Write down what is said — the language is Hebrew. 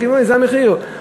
זה המחיר,